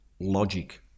logic